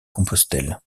compostelle